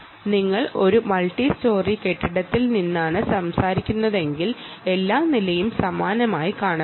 നിങ്ങൾ ഒരു മൾട്ടിസ്റ്റോറി കെട്ടിടത്തിൽ നിന്നാണ് സംസാരിക്കുന്നതെങ്കിൽ എല്ലാ നിലയും സമാനമായി കാണപ്പെടും